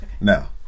Now